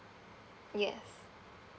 yes